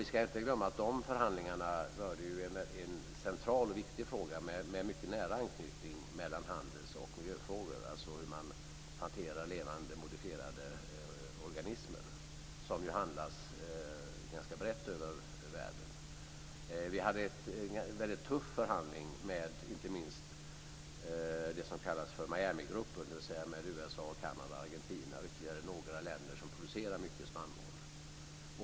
Vi ska inte glömma att de förhandlingarna rörde en central och viktig fråga med nära anknytning mellan handels och miljöfrågor, nämligen frågan om hantering av levande modifierade organismer - något som handlas brett över världen. Vi hade en tuff förhandling med inte minst det som kallas för Miamigruppen, dvs. med USA, Kanada, Argentina och ytterligare några länder som producerar mycket spannmål.